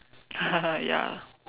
ya